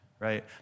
Right